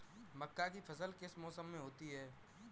मक्का की फसल किस मौसम में होती है?